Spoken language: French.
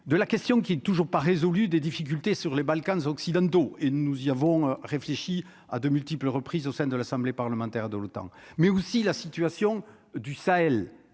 de la question qui est toujours pas résolu des difficultés sur les Balkans occidentaux et nous y avons réfléchi à de multiples reprises au sein de l'Assemblée parlementaire de l'OTAN, mais aussi la situation du Sahel